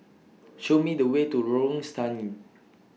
Show Me The Way to Lorong Stangee